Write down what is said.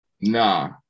Nah